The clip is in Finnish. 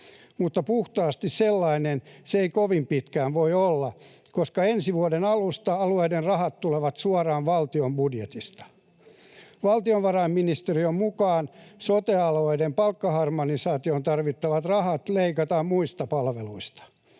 mutta puhtaasti sellainen se ei kovin pitkään voi olla, koska ensi vuoden alusta alueiden rahat tulevat suoraan valtion budjetista. Valtiovarainministeriön mukaan sote-alueiden palkkaharmonisaatioon tarvittavat rahat leikataan muista palveluista.